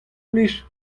plij